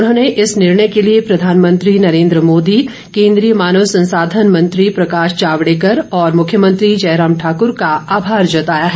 उन्होंने इस निर्णय के लिए प्रधानमंत्री नरेंद्र मोदी केंद्रीय मानव संसाधन मंत्री प्रकाश जावड़ेकर और मुख्यमंत्री जयराम ठाकुर का आभार जताया है